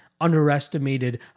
underestimated